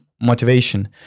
motivation